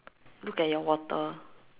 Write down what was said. look at your water